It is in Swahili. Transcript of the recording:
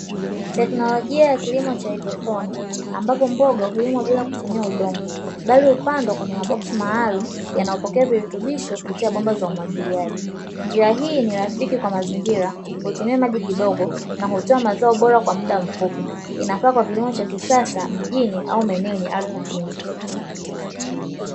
Teknolojia ya kilimo cha haidroponi ambapo mboga huimwa bila kutumia udongo bali upandwa kwenye maboksi maalumu yanayopokea virutubisho kupitia bomba za umwagiliaji. Njia hii ni rafiki kwa mazingira hutumia maji kidogo na hutoa mazao bora kwa muda mfupi inafaa kwa kilimo cha kisasa mjini au maeneo yenye ardhi finyu.